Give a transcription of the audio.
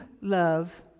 love